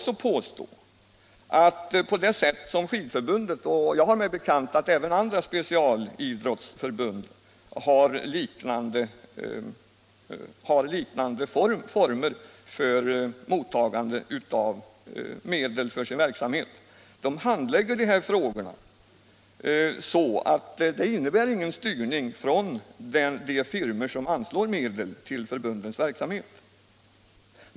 Svenska skidförbundet — och jag har mig bekant att även andra specialidrottsförbund har liknande former för mottagande av medel för sin verksamhet — handlägger de här frågorna så att det inte förekommer någon styrning från de firmor som anslår medel till förbundets verksamhet.